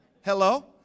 Hello